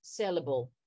sellable